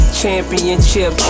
championship